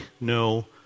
no